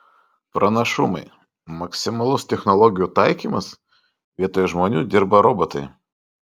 pranašumai maksimalus technologijų taikymas vietoj žmonių dirba robotai